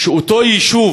שאותו יישוב